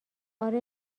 آره